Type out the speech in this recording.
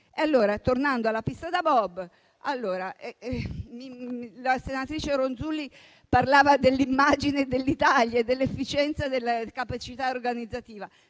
utili. Tornando alla pista da bob, la senatrice Ronzulli parlava dell'immagine dell'Italia, dell'efficienza e della capacità organizzativa.